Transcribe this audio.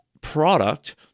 product